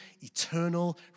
eternal